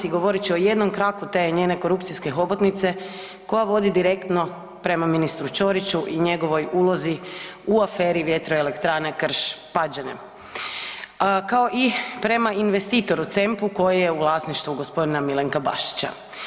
I govorit ću o jednom kraku te njene korupcijske hobotnice koja vodi direktno prema ministru Ćoriću i njegovoj ulozi u aferi Vjetroelektrane Krš-Pađene, kao i prema investitoru CEMP-u koji je u vlasništvu gospodina Milenka Bašića.